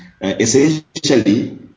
Essentially